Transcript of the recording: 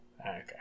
Okay